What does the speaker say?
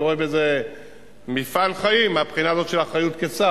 ואני רואה בזה מפעל חיים מהבחינה הזאת של אחריות כשר.